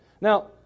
Now